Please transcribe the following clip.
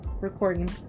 Recording